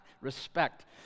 Respect